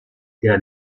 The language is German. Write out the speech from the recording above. der